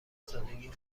سادگی